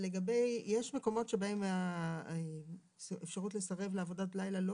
יש מקומות שבהם האפשרות לסרב לעבודת לילה לא